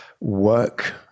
work